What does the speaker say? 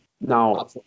Now